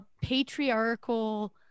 patriarchal